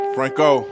Franco